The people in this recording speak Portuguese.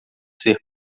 ser